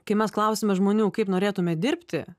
kai mes klausiame žmonių kaip norėtumėt dirbti